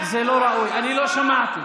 אני לא שמעתי.